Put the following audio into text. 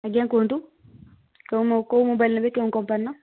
ଆଜ୍ଞା କୁହନ୍ତୁ କେଉଁ ମୋବାଇଲ୍ ନେବେ କେଉଁ କମ୍ପାନୀର